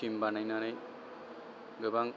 team बानायनानै गोबां